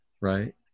right